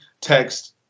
text